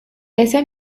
ese